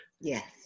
Yes